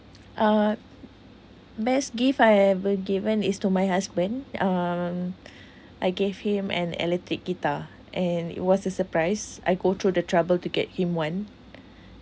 uh best gift I ever given is to my husband uh I gave him an electric guitar and it was a surprise I go through the trouble to get him one